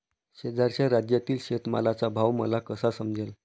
शेजारच्या राज्यातील शेतमालाचा भाव मला कसा समजेल?